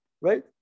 right